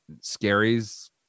scaries